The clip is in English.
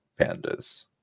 pandas